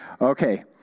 Okay